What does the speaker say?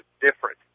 different